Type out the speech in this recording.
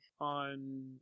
on